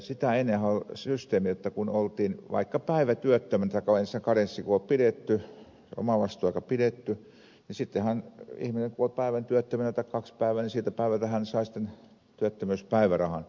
sitä ennenhän oli systeemi jotta kun oltiin vaikka päivä työttömänä tai kun oli ensin karenssi ja omavastuuaika pidetty niin sitten ihminen kun oli päivän tai kaksi päivää työttömänä niiltä päiviltä sai sitten työttömyyspäivärahan